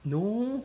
no